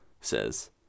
says